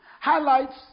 highlights